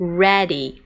ready